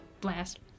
Blast